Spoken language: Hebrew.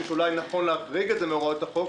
שאולי נכון להחריג את זה מהוראות החוק.